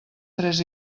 tres